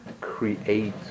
create